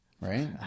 right